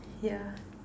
yeah